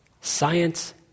Science